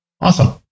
awesome